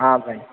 हा साईं